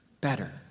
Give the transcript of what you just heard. better